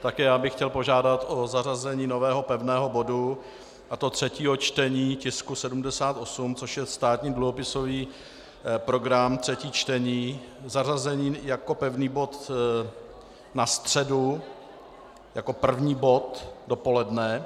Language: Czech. Také já bych chtěl požádat o zařazení nového pevného bodu, a to třetího čtení tisku 78, což je státní dluhopisový program, třetí čtení zařazení jako pevný bod na středu jako první bod dopoledne.